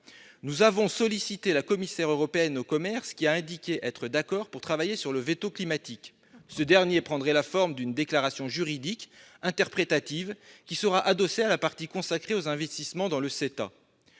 Nous avons sollicité la commissaire européenne au commerce, qui a indiqué être d'accord pour travailler sur le veto climatique ». Ce dernier prendrait « la forme d'une déclaration juridique interprétative, qui sera adossée à la partie consacrée aux investissements dans le CETA